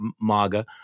MAGA